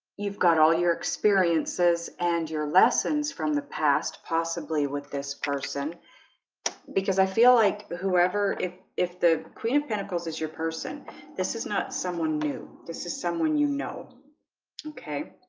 you've got all your experiences and your lessons from the past possibly with this person because i feel like but whoever if if the queen of pentacles is your person this is not someone new this is someone you know okay